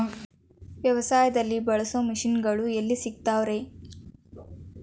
ವ್ಯವಸಾಯದಲ್ಲಿ ಬಳಸೋ ಮಿಷನ್ ಗಳು ಎಲ್ಲಿ ಸಿಗ್ತಾವ್ ರೇ?